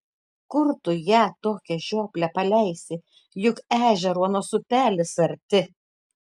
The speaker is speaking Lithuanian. kur tu ją tokią žioplę paleisi juk ežeruonos upelis arti